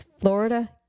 Florida